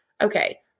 Okay